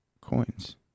coins